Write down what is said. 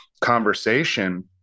conversation